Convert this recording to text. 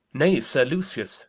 nay, sir lucius,